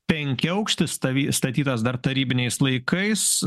penkiaaukštis stavy statytas dar tarybiniais laikais